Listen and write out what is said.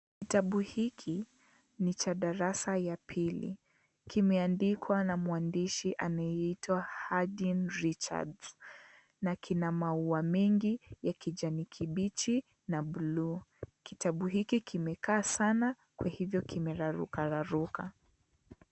Kitabu hiki ni cha darasa ya pili kimeandikwa na mwandishi anayeitwa Haydn Richards na kina maua mingi ya kijani kibichi na bluu. Kitabu hiki kimekaa sana kwa hivyo kimeraruka raruka.